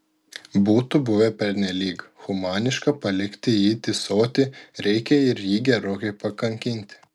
būtų buvę pernelyg humaniška palikti jį tįsoti reikia ir jį gerokai pakankinti